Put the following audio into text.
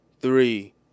three